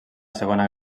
segona